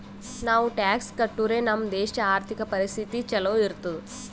ನಾವು ಟ್ಯಾಕ್ಸ್ ಕಟ್ಟುರೆ ನಮ್ ದೇಶ ಆರ್ಥಿಕ ಪರಿಸ್ಥಿತಿ ಛಲೋ ಇರ್ತುದ್